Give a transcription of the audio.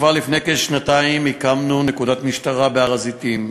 כבר לפני כשנתיים הוקמה נקודת משטרה בהר-הזיתים,